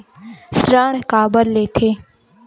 ऋण काबर लेथे?